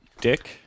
dick